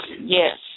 yes